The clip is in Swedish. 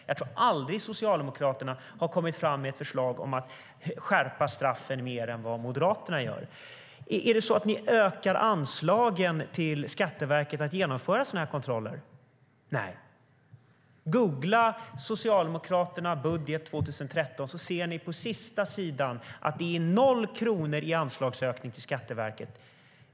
Jag tror aldrig att Socialdemokraterna har kommit fram med ett förslag om att skärpa straffen mer än vad Moderaterna gör. Ökar ni anslagen till Skatteverket för att genomföra sådana här kontroller? Nej. Googla Socialdemokraterna och budget 2013 så ser ni på sista sidan att det är noll kronor i anslagsökning till Skatteverket!